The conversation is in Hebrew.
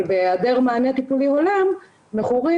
אבל בהיעדר מענה טיפולי הולם מכורים